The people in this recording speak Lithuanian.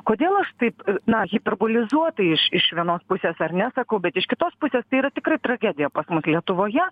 kodėl aš taip na hiperbolizuotai iš iš vienos pusės ar ne sakau bet iš kitos pusės tai yra tikrai tragedija pas mus lietuvoje